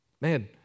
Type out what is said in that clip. man